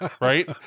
right